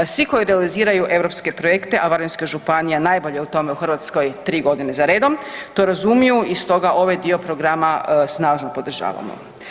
Svi koji idealiziraju europske projekte, a Varaždinska županija najbolje u tome u Hrvatskoj 3 godine za redom to razumiju i stoga ovaj dio programa snažno podržavamo.